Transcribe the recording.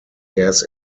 gas